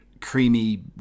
creamy